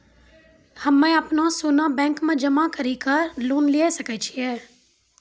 हम्मय अपनो सोना बैंक मे जमा कड़ी के लोन लिये सकय छियै?